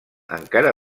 encara